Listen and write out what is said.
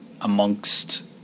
amongst